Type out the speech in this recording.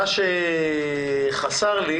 מה שחסר לי